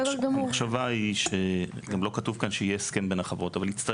התשובה היא שלא כתוב כאן שיהיה הסכם בין החברות אבל יצטרך